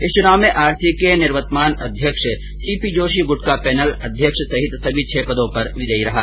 इस चुनाव में आरसीए के निवर्तमान अध्यक्ष सी पी जोशी गुट का पैनल अध्यक्ष सहित सभी छह पदों पर विजयी रहा